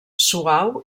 suau